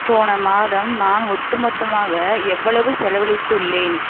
போன மாதம் நான் ஒட்டுமொத்தமாக எவ்வளவு செலவழித்துள்ளேன்